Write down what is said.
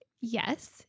Yes